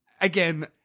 again